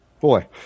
boy